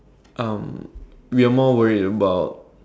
um we are more worried about